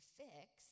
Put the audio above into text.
fix